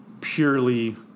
purely